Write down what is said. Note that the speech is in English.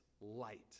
light